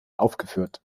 aufgeführt